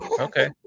Okay